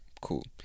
cool